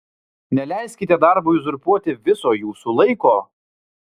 neleiskite darbui uzurpuoti viso jūsų laiko